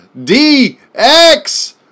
DX